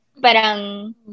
Parang